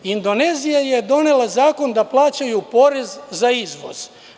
Indonezija je donela zakon da plaćaju porez za izvoz.